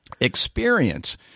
experience